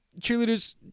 cheerleaders